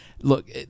Look